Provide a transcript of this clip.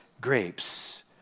grapes